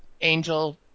Angel